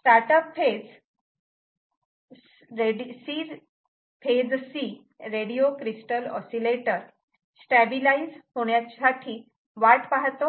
start up phase phase C radio crystal oscillator stabilise होण्यासाठी वाट पाहतो